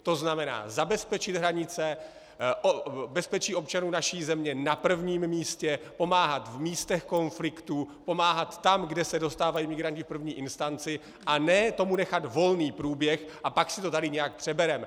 To znamená, zabezpečit hranice, bezpečí občanů naší země na prvním místě, pomáhat v místech konfliktů, pomáhat tam, kde se dostávají migranti v první instanci, a ne tomu nechat volný průběh a pak si to tady nějak přebereme.